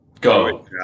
go